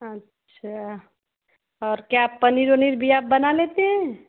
अछा और क्या पनीर उनीर भी आप बना लेते हैं